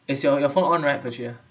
is your your phone on right persia